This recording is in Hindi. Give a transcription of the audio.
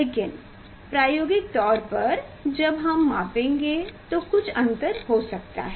लेकिन प्रायोगिक तौर पर जब हम मापेंगे तो कुछ अंतर हो सकता है